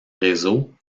réseau